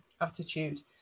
attitude